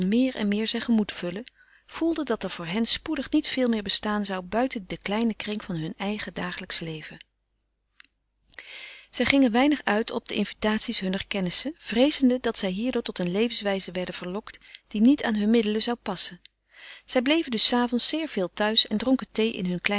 meer en meer zijn gemoed vullen voelde dat er voor hen spoedig niet veel meer bestaan zou buiten den kleinen kring van hun dagelijksch leven zij gingen weinig uit op de invitaties hunner kennissen vreezende dat zij hierdoor tot eene levenswijze werden verlokt die niet aan hunne middelen zou passen zij bleven dus s avonds zeer veel thuis en dronken thee in hun